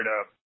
up